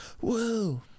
Whoa